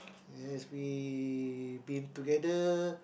as we been together